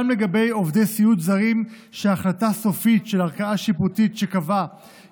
לגבי עובדי סיעוד זרים שהחלטה סופית של ערכאה שיפוטית שקבעה